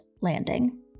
landing